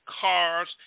cars